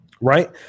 right